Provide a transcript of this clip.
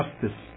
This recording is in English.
justice